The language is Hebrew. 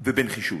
ובנחישות.